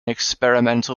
experimental